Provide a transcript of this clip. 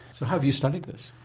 so how have you studied this?